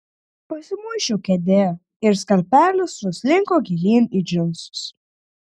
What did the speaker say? pasimuisčiau kėdėje ir skalpelis nuslinko gilyn į džinsus